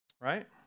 right